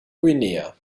guinea